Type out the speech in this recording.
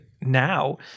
now